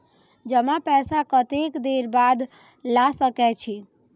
जमा पैसा कतेक देर बाद ला सके छी?